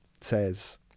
says